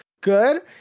good